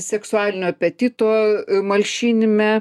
seksualinio apetito malšinime